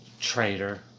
Traitor